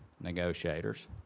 negotiators